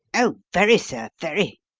oh, very, sir, very.